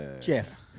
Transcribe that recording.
Jeff